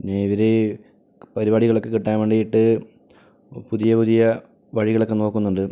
പിന്നെ ഇവർ പരിപാടികളൊക്കെ കിട്ടാൻ വേണ്ടിയിട്ട് പുതിയ പുതിയ വഴികളൊക്കെ നോക്കുന്നുണ്ട്